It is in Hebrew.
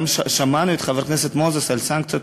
גם שמענו את חבר הכנסת מוזס על סנקציות פליליות.